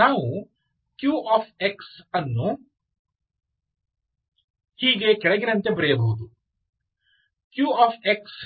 ನಾವು qx ಅನ್ನು ಹೀಗೆ ಕೆಳಗಿನಂತೆ ಬರೆಯಬಹುದು qa2aop